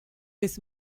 his